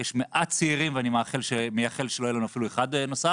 יש מעט צעירים ואני מייחל שלא יהיה לנו אפילו אחד נוסף.